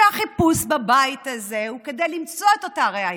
שהחיפוש בבית הזה הוא כדי למצוא את אותה ראיה.